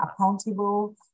accountable